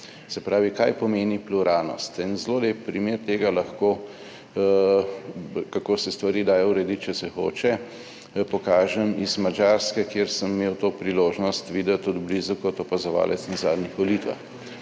Se pravi, kaj pomeni pluralnost. En zelo lep primer tega lahko, kako se stvari dajo urediti, če se hoče, pokažem iz Madžarske, kjer sem imel to priložnost videti od blizu kot opazovalec na zadnjih volitvah.